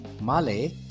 Malay